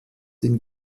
den